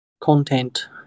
Content